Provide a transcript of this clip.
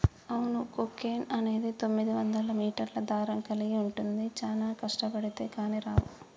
అవును కోకెన్ అనేది తొమ్మిదివందల మీటర్ల దారం కలిగి ఉంటుంది చానా కష్టబడితే కానీ రావు